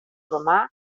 romà